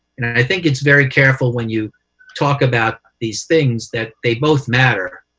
and i think it's very careful when you talk about these things that they both matter,